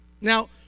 Now